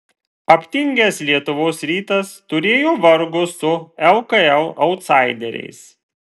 aptingęs lietuvos rytas turėjo vargo su lkl autsaideriais